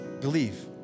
believe